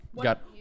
got